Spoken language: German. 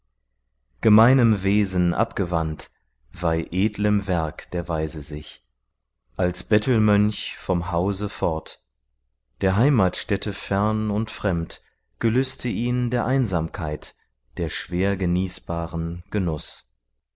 gemeinem wesen abgewandt weih edlem werk der weise sich als bettelmönch vom hause fort der heimatstätte fern und fremd gelüste ihn der einsamkeit der schwer genießbaren genuß